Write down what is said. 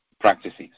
practices